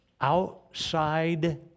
outside